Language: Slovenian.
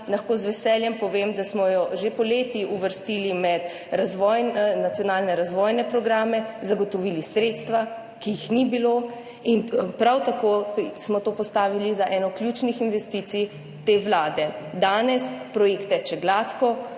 lahko z veseljem povem, da smo jo že poleti uvrstili med nacionalne razvojne programe, zagotovili sredstva, ki jih ni bilo, in prav tako smo to postavili za eno ključnih investicij te vlade. Danes projekt teče gladko,